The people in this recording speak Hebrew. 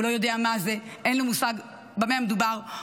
הוא לא יודע מה זה, אין לו מושג במה מדובר.